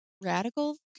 radicals